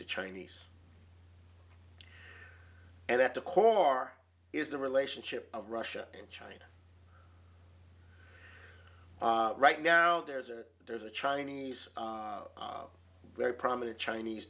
the chinese and at the core is the relationship of russia and china right now there's a there's a chinese very prominent chinese